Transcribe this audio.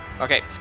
Okay